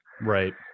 Right